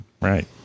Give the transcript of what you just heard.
right